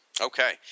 Okay